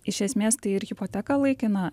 iš esmės tai ir hipoteka laikina